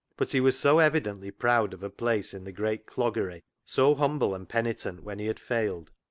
but he was so evidently proud of a place in the great cloggery, so humble and penitent when he had failed,